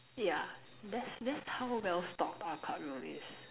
yeah that's that's how well stocked our club room is